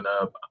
up